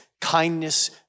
kindness